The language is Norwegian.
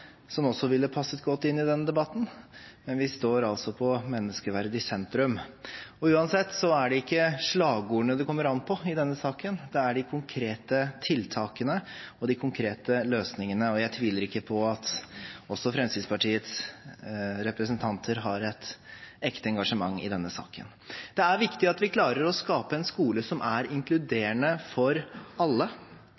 som også ville passet godt inn i denne debatten, men vi står altså på «Menneskeverd i sentrum». Uansett er det ikke slagordene det kommer an på i denne saken. Det er de konkrete tiltakene og de konkrete løsningene. Jeg tviler ikke på at også Fremskrittspartiets representanter har et ekte engasjement i denne saken. Det er viktig at vi klarer å skape en skole som er